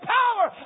power